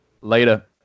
Later